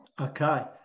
Okay